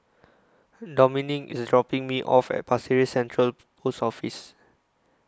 Dominik IS dropping Me off At Pasir Ris Central Post Office